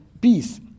peace